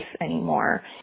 anymore